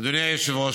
אדוני היושב-ראש,